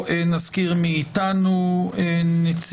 אני מבקש לומר שלוש הערות